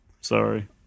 Sorry